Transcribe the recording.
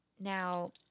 Now